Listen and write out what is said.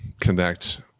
connect